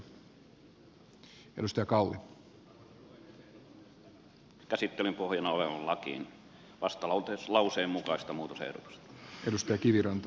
ehdotan myös tähän käsittelyn pohjana olevaan lakiin vastalauseen mukaista muutosehdotusta